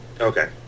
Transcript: Okay